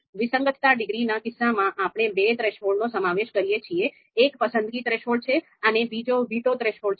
વિસંગતતા ડિગ્રીના કિસ્સામાં આપણે બે થ્રેશોલ્ડનો સમાવેશ કરીએ છીએ એક પસંદગી થ્રેશોલ્ડ છે અને બીજો વીટો થ્રેશોલ્ડ છે